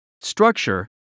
structure